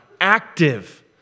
active